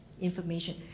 information